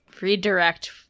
redirect